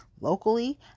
locally